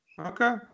Okay